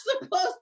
supposed